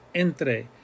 Entre